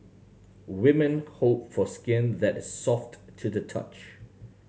women hope for skin that is soft to the touch